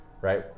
right